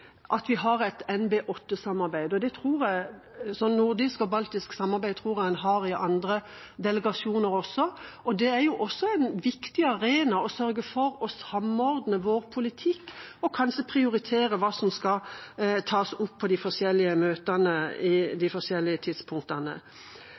at vi har et NB8-samarbeid, og et sånt nordisk-baltisk samarbeid tror jeg en har i andre delegasjoner også. Det er en viktig arena for å samordne vår politikk og kanskje prioritere hva som skal tas opp på de forskjellige møtene på de forskjellige tidspunktene. Flyktningsituasjonen har vi fått på førstesida i